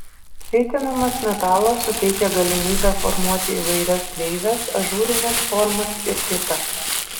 kaitinamas metalas suteikia galimybę formuoti įvairias kreives ažūrines formas ir kita